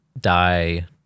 die